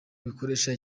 bikoresha